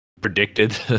predicted